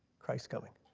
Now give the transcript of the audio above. christ's coming